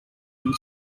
too